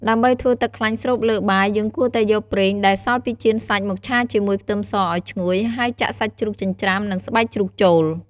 ដើម្បីធ្វើទឹកខ្លាញ់ស្រូបលើបាយ យើងគួរតែយកប្រេងដែលសល់ពីចៀនសាច់មកឆាជាមួយខ្ទឹមសឱ្យឈ្ងុយ ហើយចាក់សាច់ជ្រូកចិញ្ច្រាំនិងស្បែកជ្រូកចូល។